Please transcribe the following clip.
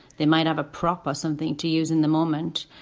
they might have a prop or something to use in the moment.